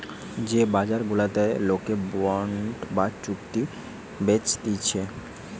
যে বাজার গুলাতে লোকে বন্ড বা চুক্তি বেচতিছে